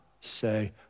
say